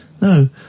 No